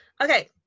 Okay